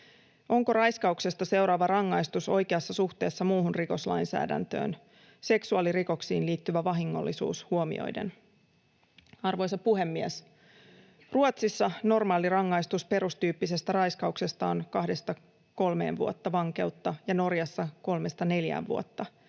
Onko raiskauksesta seuraava rangaistus oikeassa suhteessa muuhun rikoslainsäädäntöön, seksuaalirikoksiin liittyvä vahingollisuus huomioiden? Arvoisa puhemies! Ruotsissa normaalirangaistus perustyyppisestä raiskauksesta on kahdesta kolmeen vuotta vankeutta ja Norjassa kolmesta